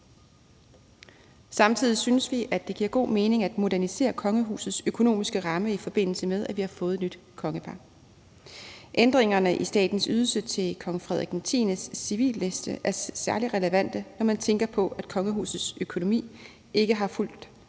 Samtidig synes vi, at det giver god mening at modernisere kongehusets økonomiske ramme, i forbindelse med at vi har fået et nyt kongepar. Ændringerne i statens ydelse til kong Frederik X's civilliste er særlig relevante, når man tænker på, at kongehusets økonomi ikke har fulgt